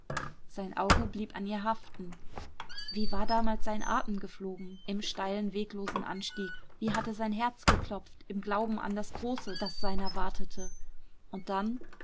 sein auge blieb an ihr haften wie war damals sein atem geflogen im steilen weglosen anstieg wie hatte sein herz geklopft im glauben an das große das seiner wartete und dann